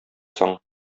соң